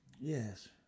Yes